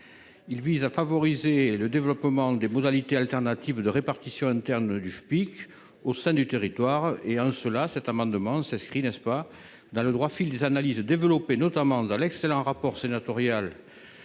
il vise à favoriser le développement des modalités alternatives de répartition interne du FPIC au sein du territoire et en cela, cet amendement s'inscrit n'est-ce pas dans le droit fil des analyses développées notamment dans l'ex-Ceylan rapport sénatorial